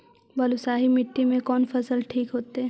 बलुआही मिट्टी में कौन फसल ठिक होतइ?